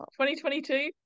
2022